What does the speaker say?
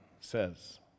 says